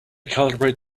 calibrate